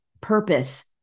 purpose